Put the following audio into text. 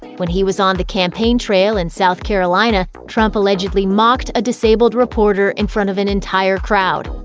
when he was on the campaign trail in south carolina, trump allegedly mocked a disabled reporter in front of an entire crowd.